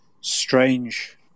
strange